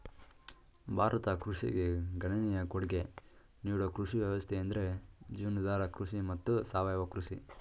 ಭಾರತ ಕೃಷಿಗೆ ಗಣನೀಯ ಕೊಡ್ಗೆ ನೀಡೋ ಕೃಷಿ ವ್ಯವಸ್ಥೆಯೆಂದ್ರೆ ಜೀವನಾಧಾರ ಕೃಷಿ ಮತ್ತು ಸಾವಯವ ಕೃಷಿ